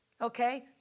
Okay